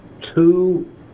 two